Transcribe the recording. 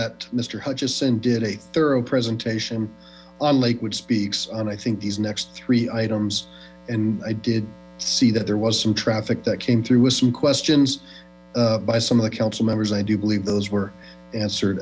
hutcheson did a thorough presentation on lakewood speaks on i think these next three items and i did see that there was some traffic that came through with some questions by some of the council members i do believe those were answered